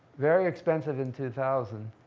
very expensive in two thousand,